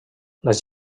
les